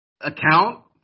account